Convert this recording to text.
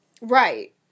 Right